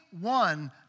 one